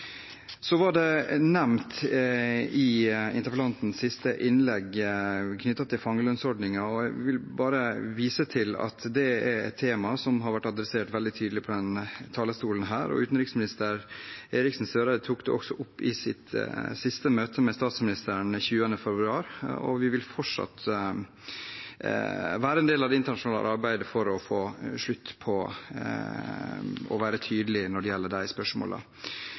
Så var det med fangelønnsordningen nevnt i interpellantens siste innlegg. Jeg vil bare vise til at det er et tema som har vært adressert veldig tydelig fra denne talerstolen, og utenriksminister Eriksen Søreide tok det også opp i sitt siste møte med statsministeren, den 20. februar. Vi vil fortsatt være en del av det internasjonale arbeidet og være tydelige når det gjelder disse spørsmålene. Så til om utviklingsministeren er trygg på våre avtaler og forvaltningen av utviklingsmidlene. Det